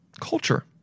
Culture